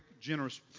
generous